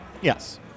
Yes